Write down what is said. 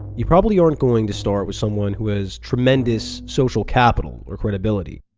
you probably aren't going to start with someone who has tremendous social capital or credibility.